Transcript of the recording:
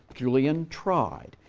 julian tried.